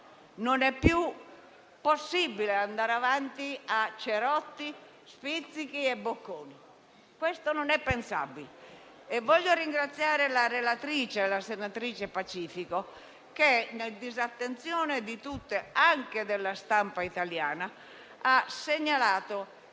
Non è più possibile andare avanti a cerotti, spizzichi e bocconi. Questo non è pensabile. Voglio ringraziare la relatrice, la senatrice Pacifico, che, nella disattenzione di tutti, anche della stampa italiana, ha segnalato